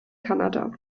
kanada